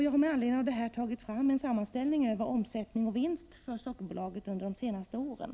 Jag har med anledning av detta tagit fram en sammanställning över omsättning och vinst för Sockerbolaget under de senaste åren.